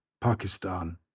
Pakistan